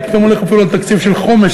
הייתי פתאום הולך אפילו על תקציב של חומש,